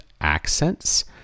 accents